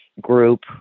group